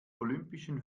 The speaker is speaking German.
olympischen